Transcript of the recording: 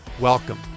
Welcome